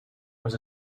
was